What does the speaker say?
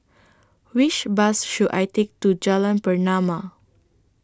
Which Bus should I Take to Jalan Pernama